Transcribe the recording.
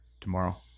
tomorrow